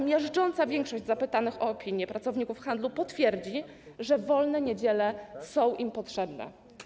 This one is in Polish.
Miażdżąca większość zapytanych o opinie pracowników handlu twierdzi, że wolne niedziele są im potrzebne.